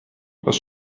was